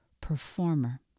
performer